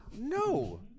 no